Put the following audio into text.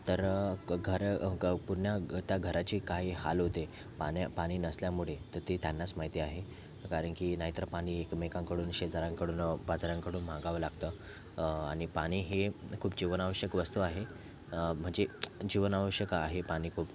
तर क घर पूर्ण त्या घराची काही हाल होते पाण्या पाणी नसल्यामुळे त ते त्यांनाच माहिती आहे कारण की नाही तर पाणी एकमेकांकडून शेजाऱ्यांकडून पाजाऱ्यांकडून मागावं लागतं आणि पाणी हे खूप जीवनावश्यक वस्तू आहे म्हणजे जीवनावश्यक आहे पाणी खूप